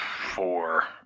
four